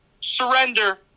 surrender